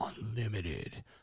Unlimited